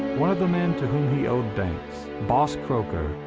one of the men to whom he owed thanks boss croker,